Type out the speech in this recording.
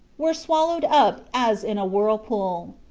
were swallowed up as in a whirlpool.